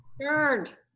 Turned